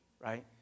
right